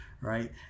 right